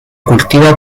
cultiva